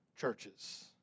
churches